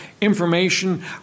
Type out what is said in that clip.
information